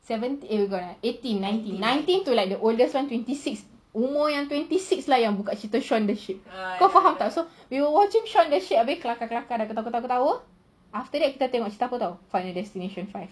seven eh bukan eighteen nineteen eighteen to like the oldest one twenty six umur yang twenty six yang buka cerita shaun the sheep kau faham tak so we were watching shaun the sheep abeh kelakar-kelakar dah ketawa ketawa ketawa after that kita tengok cerita apa [tau] final destination five